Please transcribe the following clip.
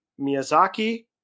Miyazaki